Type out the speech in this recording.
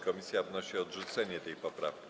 Komisja wnosi o odrzucenie tej poprawki.